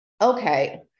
okay